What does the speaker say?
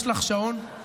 אני מקשיבה לך לכל מילה.